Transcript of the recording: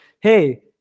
hey